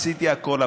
עשיתי הכול,